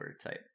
type